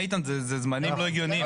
איתן, זה זמנים לא הגיוניים.